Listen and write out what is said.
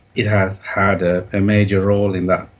it has had a and major role in that.